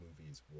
movies